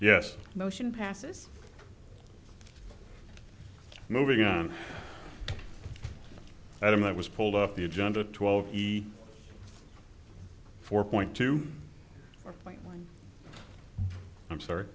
yes motion passes moving on i don't know i was pulled off the agenda twelve four point two i'm sorry